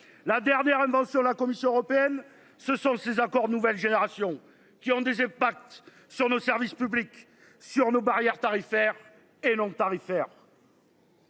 La dernière invention, la Commission européenne. Ce sont ces accords nouvelle génération qui ont des impacts sur nos services publics sur nos barrières tarifaires et non tarifaires.